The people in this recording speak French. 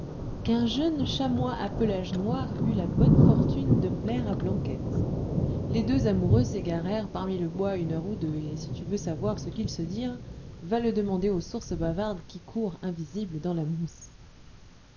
qu'un jeune chamois à pelage noir eut la bonne fortune de plaire à blanquette les deux amoureux s'égarèrent parmi le bois une heure ou deux et si tu veux savoir ce qu'ils se dirent va le demander aux sources bavardes qui courent invisibles dans la mousse